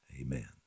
Amen